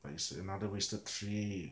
but it's a another wasted trip